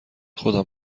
خودم